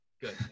good